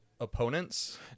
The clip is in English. opponents